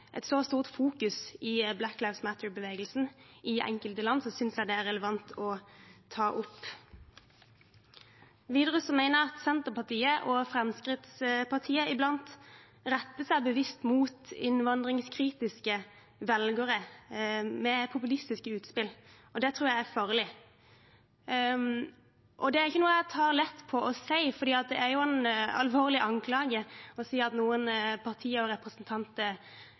i Black Lives Matter-bevegelsen, synes jeg det er relevant å ta opp. Videre mener jeg at Senterpartiet og Fremskrittspartiet iblant retter seg bevisst mot innvandringskritiske velgere, med populistiske utspill. Det tror jeg er farlig, og det er ikke noe jeg tar lett på å si, for det er en alvorlig anklage å si at noen partier og